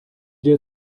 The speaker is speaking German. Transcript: dir